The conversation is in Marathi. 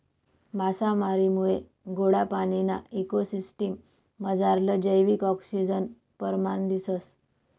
मासामारीमुये गोडा पाणीना इको सिसटिम मझारलं जैविक आक्सिजननं परमाण दिसंस